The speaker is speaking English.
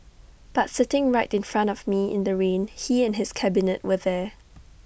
but sitting right in front of me in the rain he and his cabinet were there